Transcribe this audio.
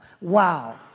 Wow